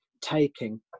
taking